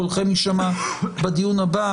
קולכם יישמע בדיון הבא.